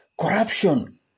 Corruption